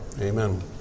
Amen